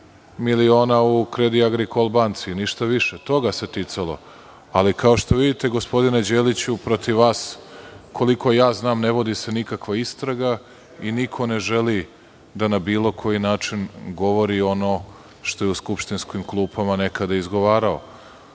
miliona u „Credit Agricole bank“ i ništa više. Toga se ticalo. Kao što vidite, gospodine Đeliću, protiv vas, koliko znam, ne vodi se nikakva istraga i niko ne želi da na bilo koji način govori ono što je u skupštinskim klupama nekada izgovarao.